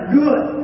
good